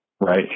right